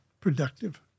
productive